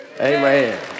Amen